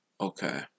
Okay